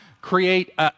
create